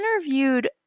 interviewed